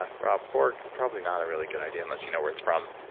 ah raw pork. probably not a really good idea unless you know where it's from,